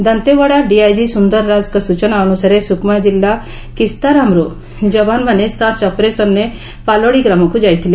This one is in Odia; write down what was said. ଦନ୍ତେୱାଡ଼ା ଡିଆଇଜି ସୁନ୍ଦର ରାଜଙ୍ଙ ସୂଚନା ଅନୁସାରେ ସୁକୁମା କିଲ୍ଲା କିସ୍ତାରାମରୁ ଯବାନମାନେ ସର୍ଚ ଅପରେସନ୍ରେ ପାଲୋଡ଼ି ଗ୍ରାମକୁ ଯାଇଥିଲେ